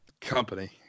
company